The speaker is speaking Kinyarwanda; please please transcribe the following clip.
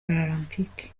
paralempike